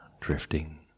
drifting